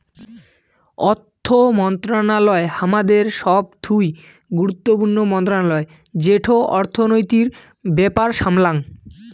অর্থ মন্ত্রণালয় হামাদের সবথুই গুরুত্বপূর্ণ মন্ত্রণালয় যেটো অর্থনীতির ব্যাপার সামলাঙ